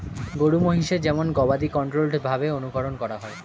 গরু মহিষের যেমন গবাদি কন্ট্রোল্ড ভাবে অনুকরন করা হয়